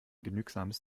genügsames